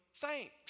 Thanks